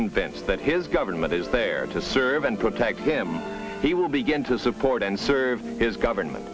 convinced that his government is there to serve and protect him he will begin to support and serve his government